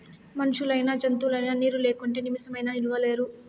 మనుషులైనా జంతువులైనా నీరు లేకుంటే నిమిసమైనా నిలువలేరు